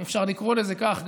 אם אפשר לקרוא לזה כך,